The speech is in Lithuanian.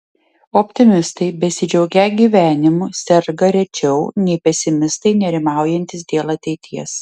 optimistai besidžiaugią gyvenimu serga rečiau nei pesimistai nerimaujantys dėl ateities